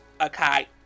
okay